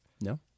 No